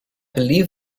believe